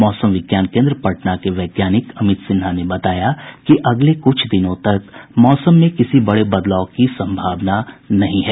मौसम विज्ञान केन्द्र पटना के वैज्ञानिक अमित सिन्हा ने बताया कि अगले कुछ दिनों तक मौसम में किसी बड़े बदलाव की संभावना नहीं है